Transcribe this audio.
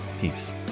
Peace